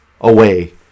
away